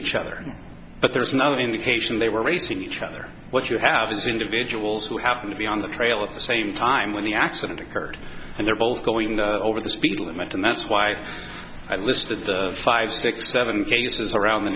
each other but there's no indication they were racing each other what you have is individuals who happened to be on the trail at the same time when the accident occurred and they're both going over the speed limit and that's why i listed five six or seven cases around the